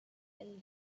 and